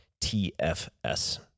TFS